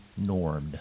normed